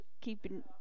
keeping